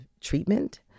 treatment